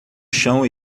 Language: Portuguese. chão